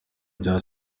bya